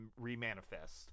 re-manifest